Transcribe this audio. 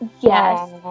Yes